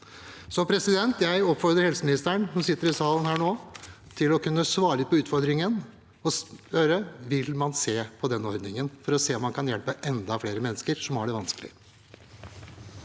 sitt eget liv. Jeg oppfordrer helseministeren, som sitter i salen nå, til å svare på utfordringen. Jeg spør om man vil se på denne ordningen for å se om man kan hjelpe enda flere mennesker som har det vanskelig.